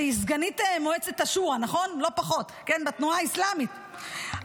שהיא סגנות מועצת השורה בתנועה האסלאמית,